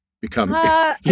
become